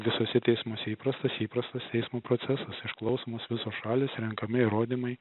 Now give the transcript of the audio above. visuose teismuose įprastas įprastas teismo procesas išklausomos visos šalys renkami įrodymai